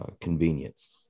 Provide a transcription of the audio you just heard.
convenience